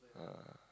ah